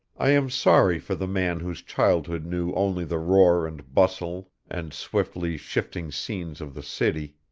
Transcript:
i am sorry for the man whose childhood knew only the roar and bustle and swiftly shifting scenes of the city.